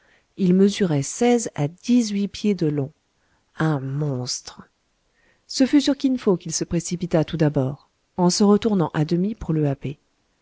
il mesurait seize à dix huit pieds de long un monstre ce fut sur kin fo qu'il se précipita tout d'abord en se retournant à demi pour le happer